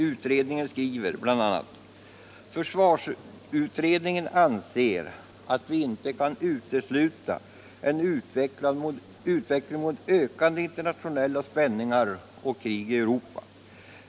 Utredningen skriver bl.a.: ”Försvarsutredningen anser att vi inte kan utesluta en utveckling mot ökade internationella spänningar och krig i Europa.